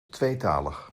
tweetalig